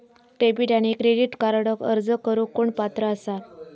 Debit आणि credit कार्डक अर्ज करुक कोण पात्र आसा?